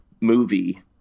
movie